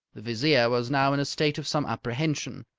the vizier was now in a state of some apprehension.